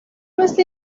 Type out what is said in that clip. مثل